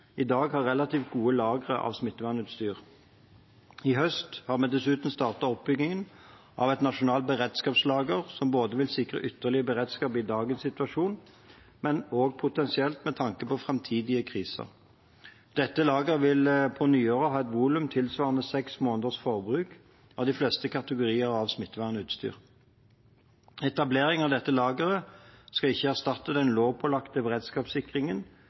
i dag har relativt gode lagre av smittevernutstyr. I høst har vi dessuten startet oppbyggingen av et nasjonalt beredskapslager, som vil sikre ytterligere beredskap i dagens situasjon, men også potensielt, med tanke på framtidige kriser. Dette lageret vil på nyåret ha et volum tilsvarende seks måneders forbruk av de fleste kategorier av smittevernutstyr. Etablering av dette lageret skal ikke erstatte den lovpålagte beredskapssikringen